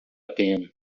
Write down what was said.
pena